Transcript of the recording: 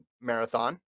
marathon